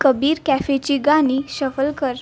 कबीर कॅफेची गाणी शफल कर